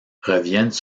reviennent